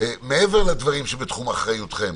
מעבר לדברים שבתחום אחריותכם?